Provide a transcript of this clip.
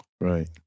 Right